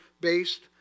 based